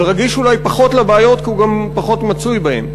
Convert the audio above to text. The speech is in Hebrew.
ורגיש אולי פחות לבעיות כי הוא גם פחות מצוי בהן,